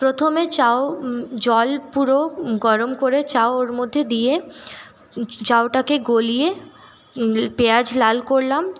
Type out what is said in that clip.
প্রথমে চাউ জল পুরো গরম করে চাউ ওর মধ্যে দিয়ে চাউটাকে গলিয়ে পেঁয়াজ লাল করলাম